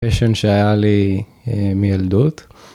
passion שהיה לי מילדות.